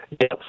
Yes